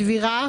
דבירה